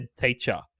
teacher